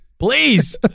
Please